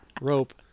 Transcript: rope